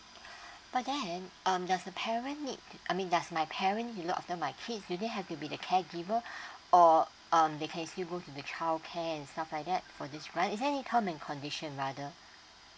but then um does the parent need I mean does my parent look after my kids do they have to be the caregiver or um they can still go to the childcare and stuff like that for this grant is there any term and condition rather